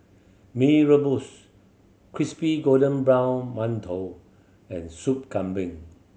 Mee Rebus crispy golden brown mantou and Soup Kambing